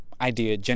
idea